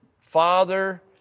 Father